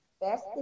best